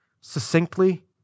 succinctly